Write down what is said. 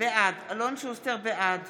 בעד